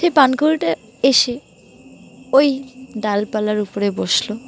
সেই পানকৌড়িটা এসে ওই ডালপালার উপরে বসলো